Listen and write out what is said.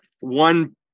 One